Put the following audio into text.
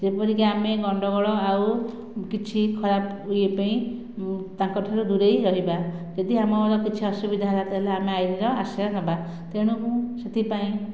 ଯେପରିକି ଆମେ ଗଣ୍ଡଗୋଳ ଆଉ କିଛି ଖରାପ ଇଏ ପାଇଁ ତାଙ୍କ ଠାରୁ ଦୂରେଇ ରହିବା ଯଦି ଆମର କିଛି ଅସୁବିଧା ହେଲା ତାହେଲେ ଆମେ ଆଇନ ର ଆଶ୍ରୟ ନେବା ତେଣୁ ମୁଁ ସେଥିପାଇଁ